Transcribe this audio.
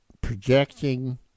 projecting